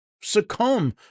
succumb